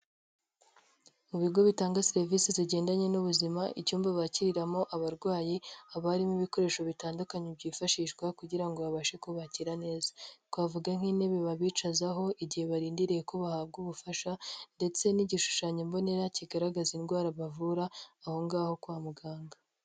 Mu bigo bitanga serivisi zigendanye n'ubuzima, icyumba bakiriramo abarwayi abamo ibikoresho bitandukanye byifashishwa kugira ngo babashe kubakira neza. Twavuga nk'intebe babicazaho igihe barindiriye ko bahabwa ubufasha ndetse n'igishushanyo mbonera kigaragaza indwara bavura ahongaho kwa muganga.